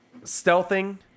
stealthing